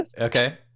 Okay